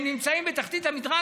הם נמצאים בתחתית המדרג.